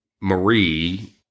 Marie